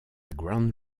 grand